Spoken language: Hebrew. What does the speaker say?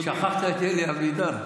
שכחת את אלי אבידר.